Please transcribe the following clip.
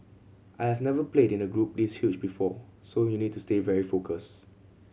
I have never played in a group this huge before so you need to stay very focus